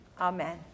Amen